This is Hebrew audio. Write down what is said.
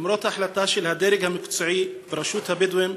למרות החלטה של הדרג המקצועי בראשות הבדואים